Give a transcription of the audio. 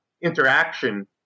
interaction